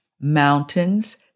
mountains